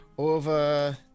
over